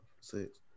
six